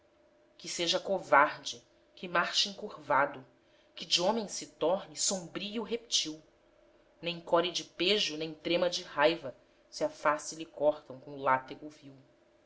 que seja covarde que marche encurvado que de homem se torne sombrio reptíl nem core de pejo nem trema de raiva se a face lhe cortam com o látego vil